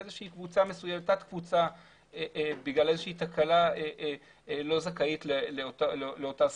ותת קבוצה בגלל תקלה כלשהי לא זכאית לאותה זכות.